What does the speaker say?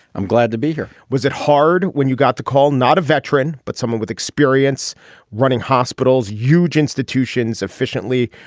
i'm glad to be here. was it hard when you got the call? not a veteran, but someone with experience running hospitals, euge institutions efficiently.